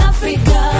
Africa